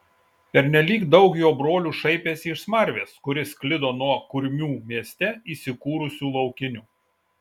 pernelyg daug jo brolių šaipėsi iš smarvės kuri sklido nuo kurmių mieste įsikūrusių laukinių